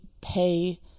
pay